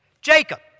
Jacob